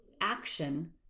action